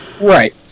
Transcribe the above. Right